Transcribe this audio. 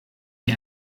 wie